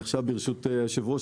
ברשות היושב-ראש,